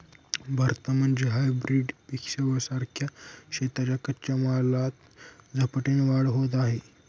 भारतामध्ये हायब्रीड पिक सेवां सारख्या शेतीच्या कच्च्या मालात झपाट्याने वाढ होत आहे